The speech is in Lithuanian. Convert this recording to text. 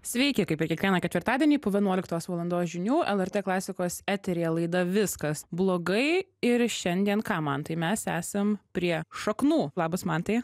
sveiki kaip ir kiekvieną ketvirtadienį po vienuoliktos valandos žinių lrt klasikos eteryje laida viskas blogai ir šiandien ką mantai mes esam prie šaknų labas mantai